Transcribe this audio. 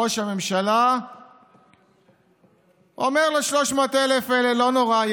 ראש הממשלה אומר ל-300,000 האלה: לא נורא,